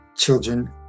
Children